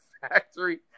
factory